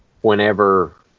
whenever